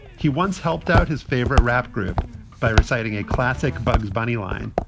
he once helped out his favorite rap group by reciting a classic bugs bunny line.